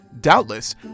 Doubtless